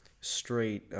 straight